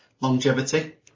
longevity